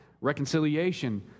reconciliation